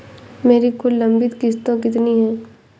मेरी कुल लंबित किश्तों कितनी हैं?